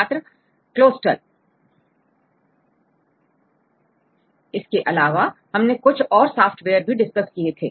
छात्र क्लोसटल इसके अलावा हमने कुछ और सॉफ्टवेयर भी डिस्कस किए थे